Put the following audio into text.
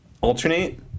alternate